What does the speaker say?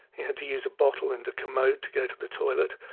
he had to use a bottle and a commode to go to the toilet.